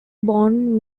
born